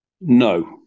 No